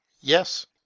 yes